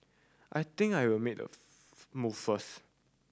I think I will made of move first